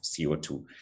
CO2